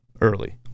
early